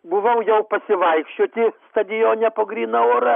buvau jau pasivaikščioti stadione po gryną orą